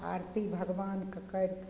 आरती भगवानके करिकऽ